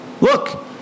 Look